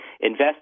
invest